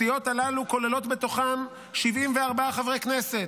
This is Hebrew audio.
הסיעות הללו כוללות בתוכן 74 חברי כנסת.